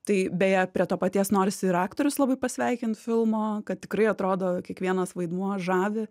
tai beje prie to paties norisi ir aktorius labai pasveikint filmo kad tikrai atrodo kiekvienas vaidmuo žavi